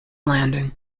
landing